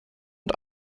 und